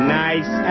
nice